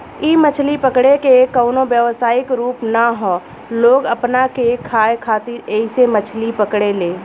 इ मछली पकड़े के कवनो व्यवसायिक रूप ना ह लोग अपना के खाए खातिर ऐइसे मछली पकड़े ले